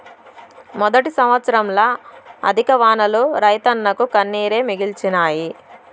మొదటి సంవత్సరంల అధిక వానలు రైతన్నకు కన్నీరే మిగిల్చినాయి